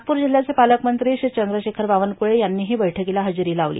नागप्रर जिल्ह्याचे पालकमंत्री श्री चंद्रशेखर बावनकुळे यांनीही बैठकीला हजेरी लावली